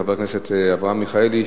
חבר הכנסת אברהם מיכאלי,